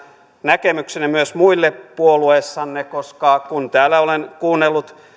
näkemyksenne myös muille puolueessanne koska kun täällä olen kuunnellut